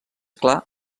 clar